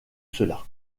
cela